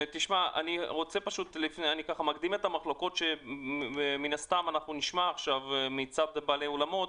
אני מקדים את המחלוקות שמן הסתם נשמע עכשיו מצד בעלי האולמות.